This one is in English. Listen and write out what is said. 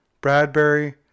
Bradbury